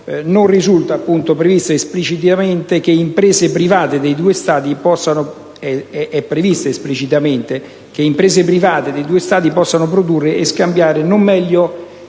dell'Accordo è previsto esplicitamente che imprese private dei due Stati possano produrre e scambiare non meglio